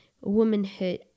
womanhood